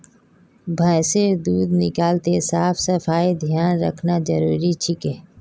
भैंसेर दूध निकलाते साफ सफाईर ध्यान रखना जरूरी छिके